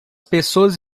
pessoas